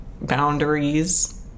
boundaries